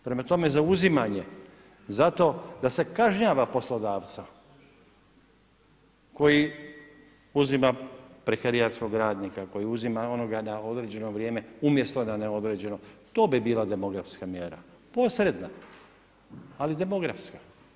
Prema tome, zauzimanje za to da se kažnjava poslodavca koji uzima prekarijatskog radnika, koji uzima onoga na određeno vrijeme umjesto na neodređeno, to bi bila demografska mjera, posredna, ali demografska.